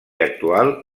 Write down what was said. actual